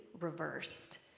reversed